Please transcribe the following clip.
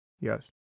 Yes